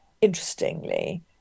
interestingly